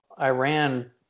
Iran